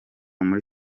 muri